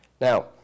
Now